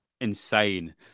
insane